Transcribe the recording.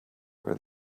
where